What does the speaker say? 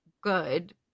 good